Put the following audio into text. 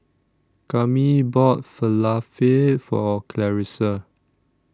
Kami bought Falafel For Clarissa